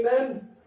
Amen